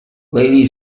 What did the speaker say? lady